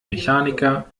mechaniker